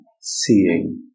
seeing